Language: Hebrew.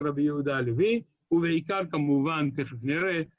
רבי יהודה הלוי, ובעיקר כמובן, תיכף נראה.